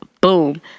Boom